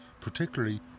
Particularly